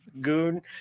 goon